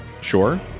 sure